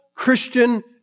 Christian